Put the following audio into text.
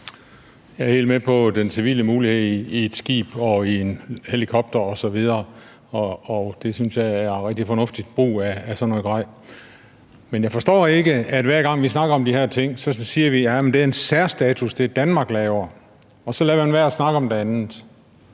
Jeg er helt med på den civile mulighed i et skib og i en helikopter osv., og det synes jeg er rigtig fornuftig brug af sådan noget grej. Men jeg forstår ikke, at vi, hver gang vi snakker om de her ting, siger, at det, Danmark laver, har en særstatus, og så lader man være med at snakke om det andet.